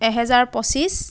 এহেজাৰ পঁচিছ